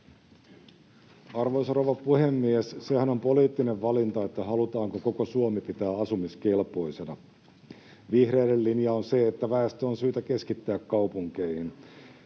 Arvoisa rouva puhemies! Sehän on poliittinen valinta, halutaanko koko Suomi pitää asumiskelpoisena. Vihreiden linja on se, että väestö on syytä keskittää kaupunkeihin.